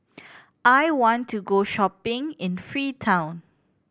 I want to go shopping in Freetown